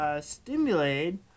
stimulate